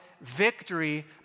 victory